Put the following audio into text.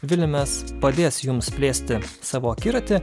viliamės padės jums plėsti savo akiratį